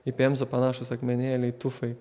į pemzą panašūs akmenėliai tufai